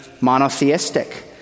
monotheistic